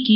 T